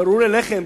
את פירורי הלחם,